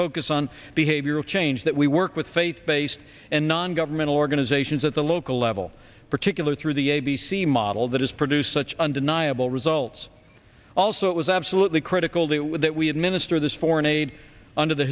focus on behavioral change that we work with faith based and non governmental organizations at the local level particular through the a b c model that has produced such undeniable results also it was absolutely critical that with that we administer this foreign aid under the